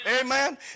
Amen